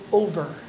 over